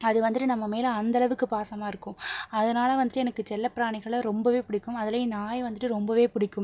அது வந்துட்டு நம்ம மேல் அந்தளவுக்கு பாசமாக இருக்கும் அதனால் வந்துட்டு எனக்கு செல்ல பிராணிகளை ரொம்பவே பிடிக்கும் அதிலியும் நாய் வந்துட்டு ரொம்பவே பிடிக்கும்